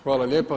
Hvala lijepo.